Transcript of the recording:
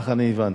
כך אני הבנתי.